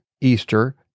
Easter